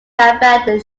abandon